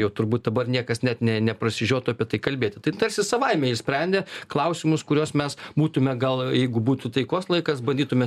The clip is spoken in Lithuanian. jau turbūt dabar niekas net neprasižiotų apie tai kalbėti tai tarsi savaime išsprendė klausimus kuriuos mes būtume gal jeigu būtų taikos laikas bandytume